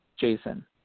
Jason